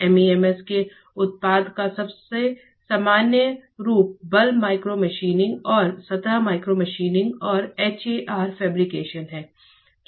MEMS के उत्पादन का सबसे सामान्य रूप बल्क माइक्रोमशीनिंग और सतह माइक्रोमशीनिंग और HAR फैब्रिकेशन है